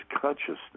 consciousness